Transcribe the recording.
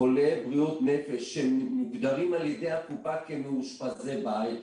חולה בריאות נפש שמוגדרים על ידי הקופה כמאושפזי בית,